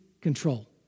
control